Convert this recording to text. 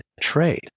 trade